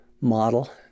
model